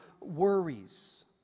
worries